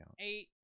Eight